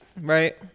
right